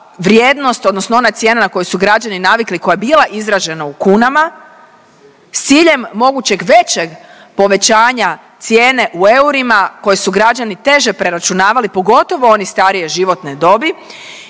vrijednost odnosno ona cijena na koju su građani navikli, koja je bila izražena u kunama s ciljem mogućeg većeg povećanja cijene u eurima koje su građani teže preračunavali, pogotovo oni starije životne dobi